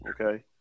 okay